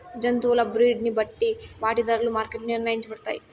జంతువుల బ్రీడ్ ని బట్టి వాటి ధరలు మార్కెట్ లో నిర్ణయించబడతాయి